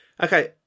Okay